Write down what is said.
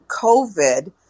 COVID